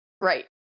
right